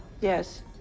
Yes